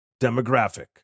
demographic